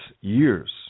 years